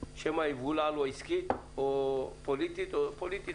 שמא יבולע לו עסקית או פוליטית פוליטית,